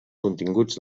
continguts